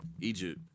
Egypt